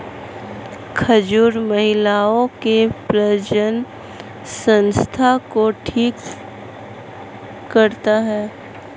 खजूर महिलाओं के प्रजननसंस्थान को ठीक करता है